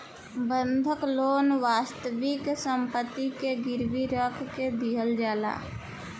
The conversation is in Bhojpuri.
बंधक लोन वास्तविक सम्पति के गिरवी रख के लिहल जाला